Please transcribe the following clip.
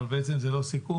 אבל בעצם זה לא סיכום,